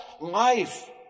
life